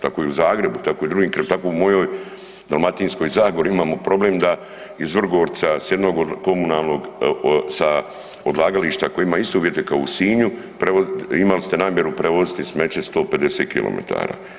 Tako i u Zagrebu, tako i u drugim .../nerazumljivo/... tako i u mojoj Dalmatinskoj zagori imamo problem da iz Vrgorca s jednog komunalnog sa odlagališta koji ima iste uvjete kao u Sinju, imali ste namjeru prevoziti smeće 150 km.